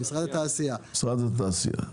למשרד התעשייה.